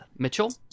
Mitchell